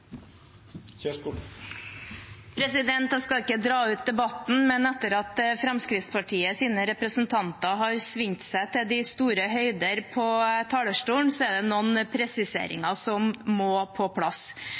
Jeg skal ikke dra ut debatten, men etter at Fremskrittspartiets representanter har svingt seg til de store høyder på talerstolen, er det noen presiseringer som må på plass.